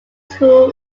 school